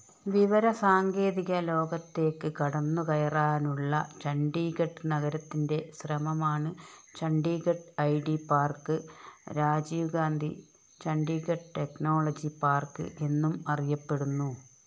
വിവരസാങ്കേതിക ലോകത്തേക്ക് കടന്നു കയറാനുള്ള ചണ്ഡീഗഡ് നഗരത്തിന്റെ ശ്രമമാണ് Chandigarh I T park Rajiv Gandhi Chandigarh technology park എന്നും അറിയപ്പെടുന്നു